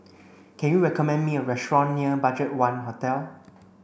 can you recommend me a restaurant near BudgetOne Hotel